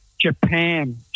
Japan